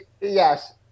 Yes